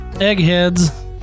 eggheads